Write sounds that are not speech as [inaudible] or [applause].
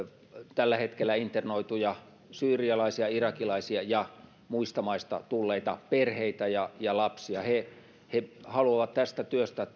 tällä hetkellä internoituja syyrialaisia irakilaisia ja muista maista tulleita perheitä ja ja lapsia he he haluavat tunnustuksen tästä työstä [unintelligible]